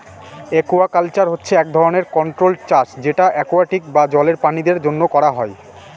aquaculture হচ্ছে এক ধরনের কন্ট্রোল্ড চাষ যেটা একুয়াটিক বা জলের প্রাণীদের জন্য করা হয়